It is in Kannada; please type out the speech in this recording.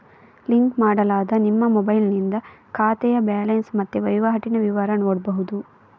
ಲಿಂಕ್ ಮಾಡಲಾದ ನಿಮ್ಮ ಮೊಬೈಲಿನಿಂದ ಖಾತೆಯ ಬ್ಯಾಲೆನ್ಸ್ ಮತ್ತೆ ವೈವಾಟಿನ ವಿವರ ನೋಡ್ಬಹುದು